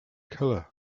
color